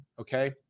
Okay